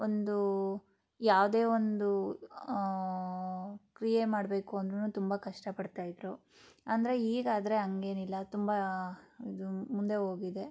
ಒಂದು ಯಾವುದೇ ಒಂದು ಕ್ರಿಯೆ ಮಾಡಬೇಕು ಅಂದ್ರು ತುಂಬ ಕಷ್ಟಪಡ್ತಾಯಿದ್ದರು ಅಂದರೆ ಈಗ ಆದರೆ ಹಾಗೇನಿಲ್ಲ ತುಂಬ ಇದು ಮುಂದೆ ಹೋಗಿದೆ